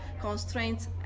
constraints